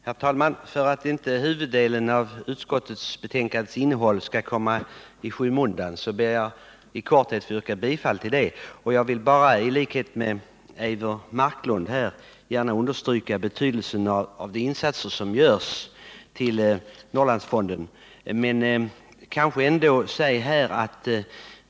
Herr talman! För att inte det väsentliga i utskottsbetänkandet skall komma iskymundan skall jag fatta mig kort. Jag vill bara i likhet med Eivor Marklund gärna understryka betydelsen av de insatser som görs av Norrbottendelegationen.